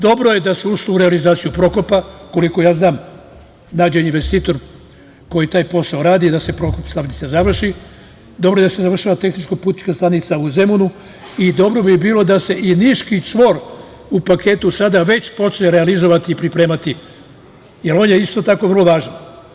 Dobro je da se ušlo u realizaciju Prokopa, koliko je znam nađen je investitor koji taj posao radi i da se Prokop stanica završi i dobro je da se završava i tehničko putna stanica u Zemunu i dobro bi bilo da se Niški čvor u paketu već počne realizovati i pripremati, jer je on vrlo važan.